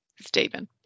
Stephen